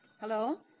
Hello